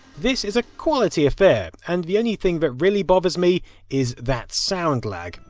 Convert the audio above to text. this is a quality affair, and the only thing that really bothers me is that sound lag.